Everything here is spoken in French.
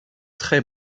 très